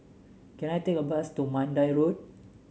can I take a bus to Mandai Road